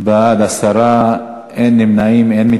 ההצעה להעביר את הצעת חוק לתיקון פקודת מסילות הברזל (מס' 8),